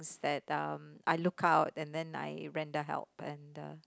that um I look out and then I render help and then